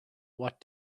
what